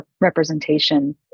representation